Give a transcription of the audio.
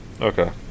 Okay